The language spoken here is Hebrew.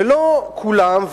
ולא כולם,